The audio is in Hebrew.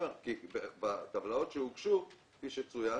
בטבלאות שהוגשו, כפי שצוין,